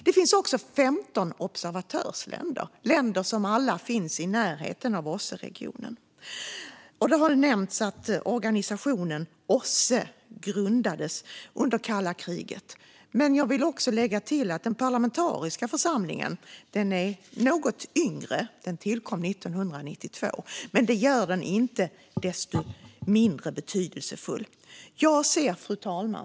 Det finns också 15 observatörsländer. Det är länder som alla finns i närheten av OSSE-regionen. Det har nämnts att organisationen OSSE grundades under kalla kriget. Jag vill också lägga till att den parlamentariska församlingen är något yngre. Den tillkom 1992. Men det gör den inte mindre betydelsefull. Fru talman!